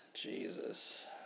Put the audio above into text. Jesus